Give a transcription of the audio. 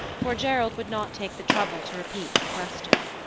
for gerald would not take the trouble to repeat the question.